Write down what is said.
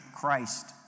Christ